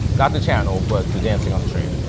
not the channel but the dancing on the train?